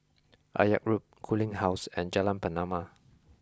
Akyab Road Cooling Close and Jalan Pernama